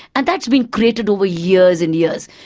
and that's been created over years and years,